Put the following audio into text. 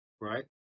Right